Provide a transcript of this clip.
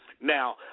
Now